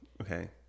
okay